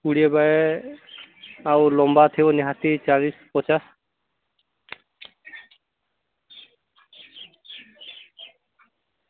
କୋଡ଼ିଏ ବାଏ ଆଉ ଲମ୍ବା ଥିବ ନିହାତି ଚାଳିଶ ପଚାଶ